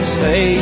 say